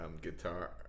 guitar